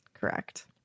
Correct